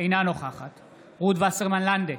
אינה נוכחת רות וסרמן לנדה,